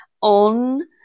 on